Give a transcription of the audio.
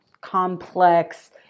complex